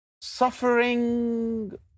Suffering